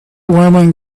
woman